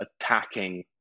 attacking